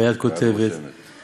והיד כותבת" והיד רושמת.